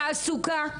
מעטפת של תעסוקה,